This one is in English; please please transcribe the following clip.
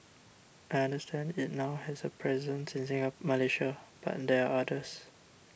I understand it now has a presence in Malaysia but there are others